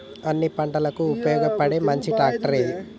అన్ని పంటలకు ఉపయోగపడే మంచి ట్రాక్టర్ ఏది?